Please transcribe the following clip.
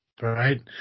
Right